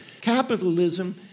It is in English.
Capitalism